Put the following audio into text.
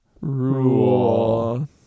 rule